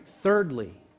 Thirdly